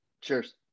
Cheers